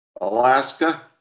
Alaska